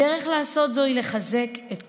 הדרך לעשות זאת היא לחזק את כוחנו,